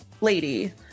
lady